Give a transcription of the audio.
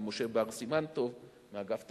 ומשה בר סימן טוב מאגף התקציבים,